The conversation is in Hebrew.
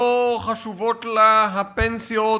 לא חשובות לה הפנסיות,